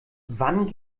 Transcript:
wann